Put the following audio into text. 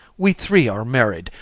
we three are married,